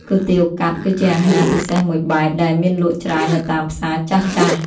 គុយទាវកាត់គឺជាអាហារពិសេសមួយបែបដែលមានលក់ច្រើននៅតាមផ្សារចាស់ៗ។